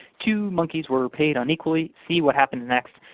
two monkeys were paid unequally see what happens next,